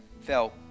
felt